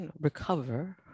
recover